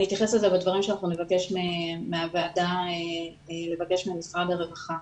אני אתייחס לזה בדברים שאנחנו נבקש מהוועדה לבקש ממשרד הרווחה.